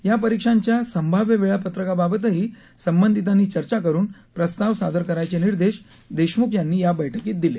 या परीक्षांच्या संभाव्य वेळापत्रकाबाबतही संबंधितांनी चर्चा करून प्रस्ताव सादर करायचे निर्देश देशम्ख यांनी या बैठकीत दिले